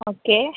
okay